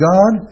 God